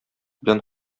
белән